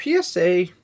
PSA